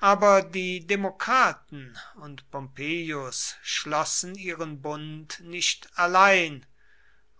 aber die demokraten und pompeius schlossen ihren bund nicht allein